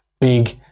big